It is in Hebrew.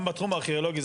גם בתחום הארכיאולוגי.